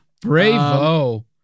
bravo